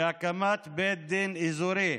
בהקמת בית דין אזורי